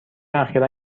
اخیرا